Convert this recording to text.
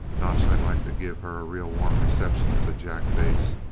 gosh, i'd like to give her a real warm reception, said jack bates,